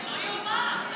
לא יאומן.